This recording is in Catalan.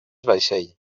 vaixell